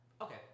Okay